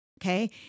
okay